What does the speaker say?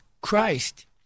Christ